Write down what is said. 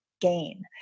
gain